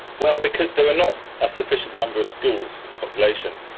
well, because there are not a sufficient number of schools for the population,